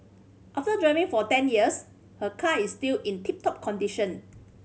after driving for ten years her car is still in tip top condition